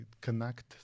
connect